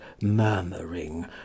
murmuring